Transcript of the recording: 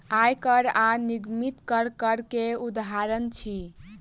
आय कर आ निगमित कर, कर के उदाहरण अछि